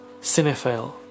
cinephile